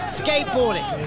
skateboarding